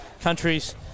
countries